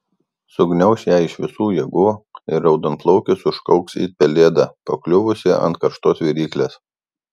sugniauš ją iš visų jėgų ir raudonplaukis užkauks it pelėda pakliuvusi ant karštos viryklės